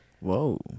Whoa